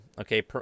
okay